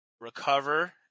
recover